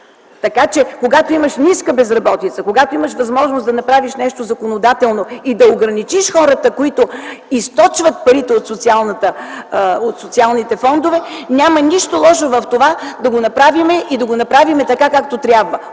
Когато имаш ниска безработица и имаш възможност да направиш нещо законодателно и да ограничиш хората, които източват парите от социалните фондове, няма нищо лошо да направим това, но както трябва: